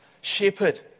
shepherd